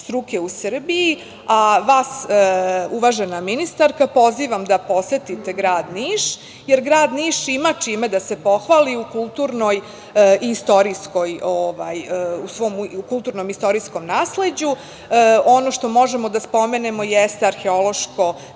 struke u Srbiji. Vas, uvažena ministarka pozivam da posetite grad Niš, jer grad Niš ima čime da se pohvali u kulturnom i istorijskom nasleđu. Ono što možemo da spomenemo jeste arheološko